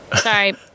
Sorry